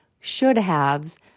should-haves